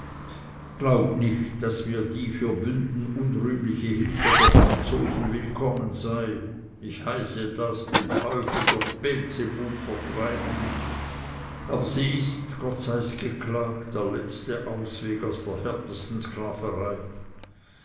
glaubt nicht daß mir die für bünden unrühmliche hilfe der franzosen will kommen sei ich heiße das den teufel durch beelzebub vertreiben aber sie ist gott sei's geklagt der letzte ausweg aus der härtesten sklaverei